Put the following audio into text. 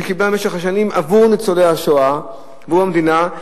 במשך השנים עבור ניצולי השואה, עבור המדינה.